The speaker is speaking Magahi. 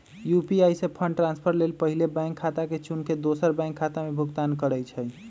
यू.पी.आई से फंड ट्रांसफर लेल पहिले बैंक खता के चुन के दोसर बैंक खता से भुगतान करइ छइ